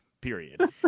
Period